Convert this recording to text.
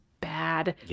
bad